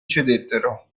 cedettero